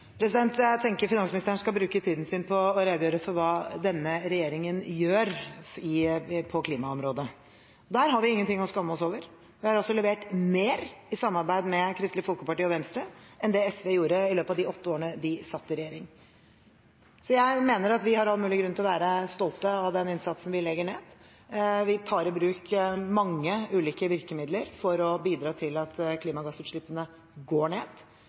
Jeg tenker finansministeren skal bruke tiden sin på å redegjøre for hva denne regjeringen gjør på klimaområdet. Der har vi ingenting å skamme oss over. Vi har levert mer i samarbeid med Kristelig Folkeparti og Venstre enn det SV gjorde i løpet av de åtte årene de satt i regjering. Jeg mener at vi har all mulig grunn til å være stolte av den innsatsen vi legger ned. Vi tar i bruk mange ulike virkemidler for å bidra til at klimagassutslippene går ned.